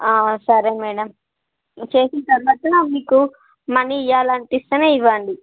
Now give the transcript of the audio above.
సరే మ్యాడమ్ చేసిన తర్వాత మీకు మనీ ఇవ్వాలనిపిస్తే ఇవ్వండి